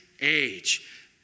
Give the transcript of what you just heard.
age